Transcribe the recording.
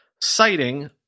citing